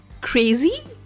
Crazy